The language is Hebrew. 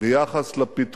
אפשר לבוא ולקטוף,